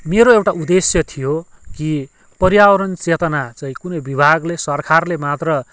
मेरो एउटा उद्देश्य थियो कि पर्यावरण चेतना चाहिँ कुनै विभागले सरकारले मात्र